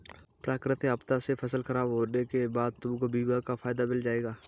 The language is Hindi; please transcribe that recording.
प्राकृतिक आपदा से फसल खराब होने के बाद तुमको बीमा का फायदा मिल जाएगा